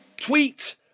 tweet